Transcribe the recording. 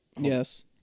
Yes